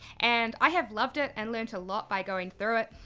and i have loved it and learnt a lot by going through it,